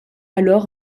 alors